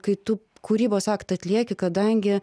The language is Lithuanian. kai tu kūrybos aktą atlieki kadangi